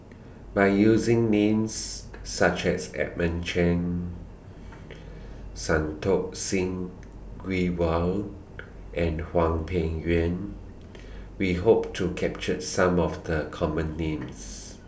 By using Names such as Edmund Cheng Santokh Singh Grewal and Hwang Peng Yuan We Hope to capture Some of The Common Names